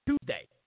Tuesday